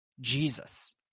Jesus